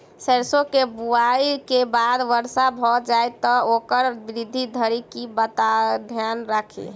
सैरसो केँ बुआई केँ बाद वर्षा भऽ जाय तऽ ओकर वृद्धि धरि की बातक ध्यान राखि?